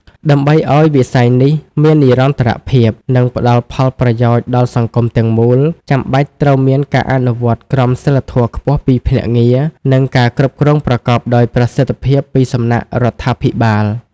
ដើម្បីឲ្យវិស័យនេះមាននិរន្តរភាព និងផ្តល់ផលប្រយោជន៍ដល់សង្គមទាំងមូល ចាំបាច់ត្រូវមានការអនុវត្តក្រមសីលធម៌ខ្ពស់ពីភ្នាក់ងារ និងការគ្រប់គ្រងប្រកបដោយប្រសិទ្ធភាពពីសំណាក់រដ្ឋាភិបាល។